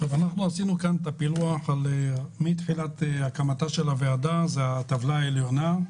עשינו כאן פילוח מתחילת הקמתה של הוועדה זה הטבלה העליונה: